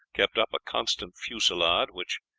kept up a constant fusillade, which,